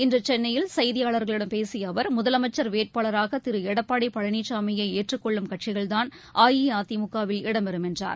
இன்று கென்னையில் செய்தியாளர்களிடம் பேசிய அவர் முதலமைச்சர் வேட்பாளராக திரு எடப்பாடி பழனிசாமியை ஏற்றுக் கொள்ளும் கட்சிகள்தான் அஇஅதிமுக வில் இடம்பெறும் என்றார்